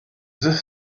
this